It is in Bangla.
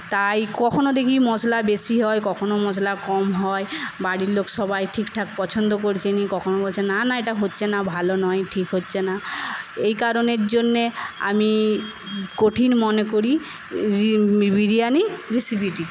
তাই কখনও দেখি মশলা বেশি হয় কখনও মশলা কম হয় বাড়ির লোক সবাই ঠিকঠাক পছন্দ করছেনা কখনও বলছে না না এটা হচ্ছে না ভালো নয় ঠিক হচ্ছে না এই কারণের জন্যে আমি কঠিন মনে করি বিরিয়ানি রেসিপিটি